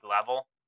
level